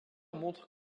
montre